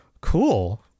cool